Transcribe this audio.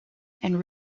and